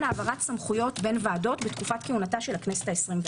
העברת סמכויות בין ועדות לתקופת כהונתה של הכנסת ה-24.